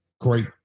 great